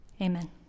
Amen